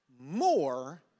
more